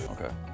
Okay